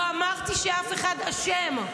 לא אמרתי שאף אחד אשם.